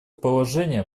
положение